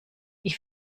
ich